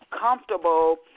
comfortable